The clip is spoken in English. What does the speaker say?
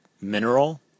mineral